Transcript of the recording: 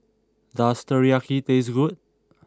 does Teriyaki taste good